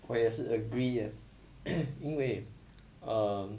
我也是 agree ah 因为 um